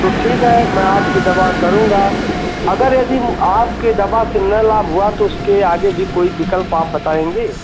तो ठीक है में आपकी दवा करूंगा अगर यदि आपके दवा से नहीं लाभ हुआ तो उसके आगे भी कोई विकल्प आप बताएंगे